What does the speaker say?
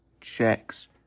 checks